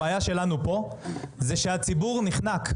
הבעיה שלנו היא שהציבור נחנק.